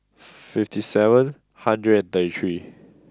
fifty seven hundred and thirty three